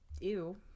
ew